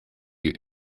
you